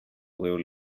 were